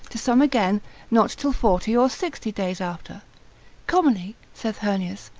to some again not till forty or sixty days after commonly saith heurnius,